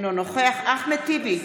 אינו נוכח אחמד טיבי,